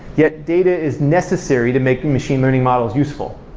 yet, data is necessary to make the machine learning models useful.